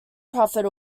profit